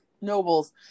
Nobles